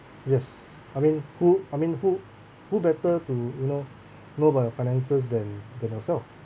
yes I mean who I mean who who better to you know know your finances than than yourself